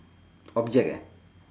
object eh